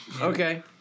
Okay